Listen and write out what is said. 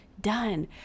done